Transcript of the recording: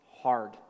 hard